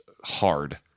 hard